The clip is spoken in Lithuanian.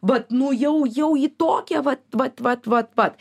vat nu jau jau į tokią vat vat vat vat pat